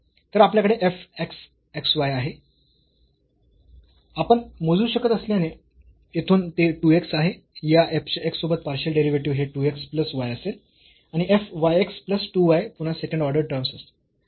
तर आपल्याकडे f x x y आहे आपण मोजू शकत असल्याने येथून ते 2 x आहे या f चे x सोबत पार्शियल डेरिव्हेटिव्ह हे 2 x प्लस y असेल आणि f y x plus 2 y पुन्हा सेकंड ऑर्डर टर्म्स असतील